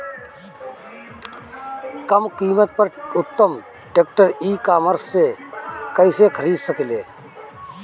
कम कीमत पर उत्तम ट्रैक्टर ई कॉमर्स से कइसे खरीद सकिले?